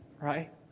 right